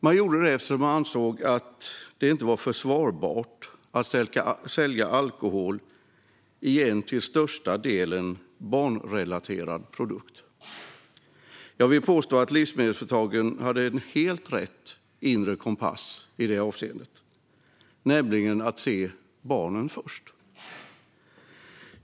Det gjorde de eftersom de ansåg att det inte var försvarbart att sälja alkohol i en till största delen barnrelaterad produkt. Jag vill påstå att livsmedelsföretagen har en inre kompass som visade helt rätt i det avseendet, nämligen att se barnen först.